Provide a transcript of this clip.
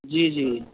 جی جی